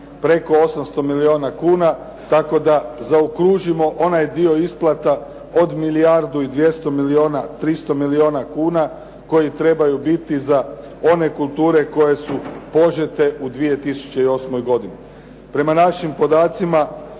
preko 800 milijuna kuna tako da zaokružimo onaj dio isplata od milijardu i dvjesto milijuna, tristo milijuna kuna koji trebaju biti za one kulture koje su požete u 2008. godini. Prema našim podacima,